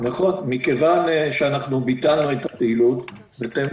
מכיוון שאנחנו ביטלנו את הפעילות בהתאם